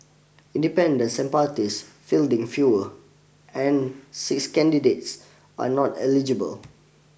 independents and parties fielding fewer and six candidates are not eligible